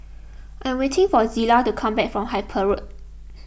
I am waiting for Zillah to come back from Harper Road